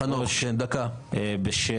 חנוך, דקה, בבקשה.